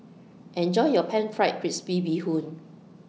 Enjoy your Pan Fried Crispy Bee Hoon